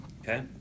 Okay